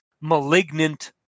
malignant